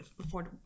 Affordable